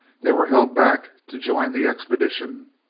they were held back to join the expedition.